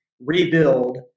rebuild